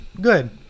good